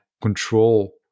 control